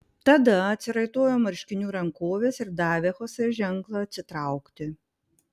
tada atsiraitojo marškinių rankoves ir davė chosė ženklą atsitraukti